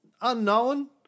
unknown